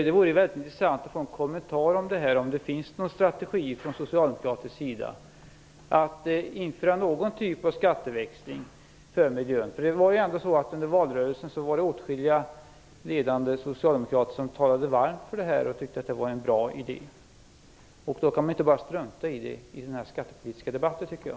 Det vore ju väldigt intressent att få en kommentar om detta, om det finns någon strategi från socialdemokraternas sida att införa någon typ av skatteväxling för miljön. Under valrörelsen var det åtskilliga ledande socialdemokrater som talade varmt för en skatteväxling och som tyckte att det var en bra idé. Då kan man ju inte bara strunta i att diskutera skatteväxling i denna skattepolitiska debatt, tycker jag.